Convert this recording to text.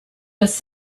was